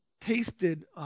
tasted